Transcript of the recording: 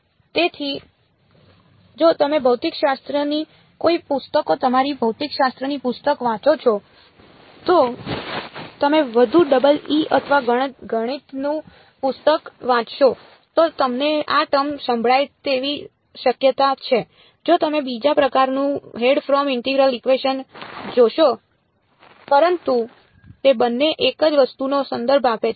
તેથી જો તમે ભૌતિકશાસ્ત્રની કોઈ પુસ્તકો તમારી ભૌતિકશાસ્ત્રની પુસ્તક વાંચો છો તો જો તમે વધુ ડબલ E અથવા ગણિતનું પુસ્તક વાંચશો તો તમને આ ટર્મ સંભળાય તેવી શક્યતા છે જો તમે બીજા પ્રકારનું ફ્રેડહોમ ઇન્ટિગરલ ઇકવેશન જોશો પરંતુ તે બંને એક જ વસ્તુનો સંદર્ભ આપે છે